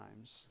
times